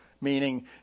Meaning